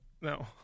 No